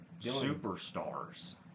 superstars